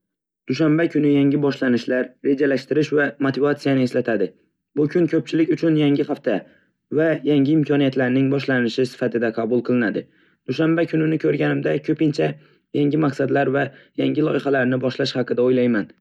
Dushanba yangi boshlanishlar, rejalashtirish va motivatsiyani eslatadi. Bu kun ko'pchilik uchun yangi hafta va yangi imkoniyatlarning boshlanishi sifatida qabul qilinadi. Dushanba kuni ko'rganimda, ko'pincha yangi maqsadlar va loyihalarni boshlash haqida o'ylayman.